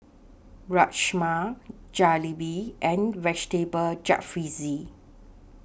Rajma Jalebi and Vegetable Jalfrezi